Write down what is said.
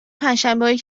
پنجشنبههایی